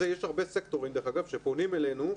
הרבה סקטורים, דרך אגב, שפונים אלינו.